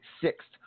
sixth